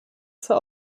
zur